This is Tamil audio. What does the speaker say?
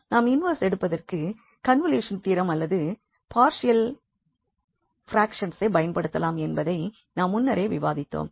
நாம் இன்வெர்ஸ் எடுப்பதற்கு கன்வலுஷன் தியரம் அல்லது பார்ஷியல் பிரக்ஷ்ன்ஸை பயன்படுத்தலாம் என்பதை நாம் முன்னரே விவாதித்தோம்